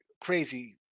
crazy